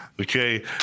Okay